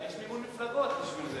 יש מימון מפלגות בשביל זה.